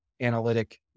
analytic